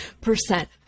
percent